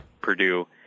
Purdue